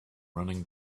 running